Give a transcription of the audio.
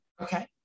Okay